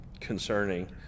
concerning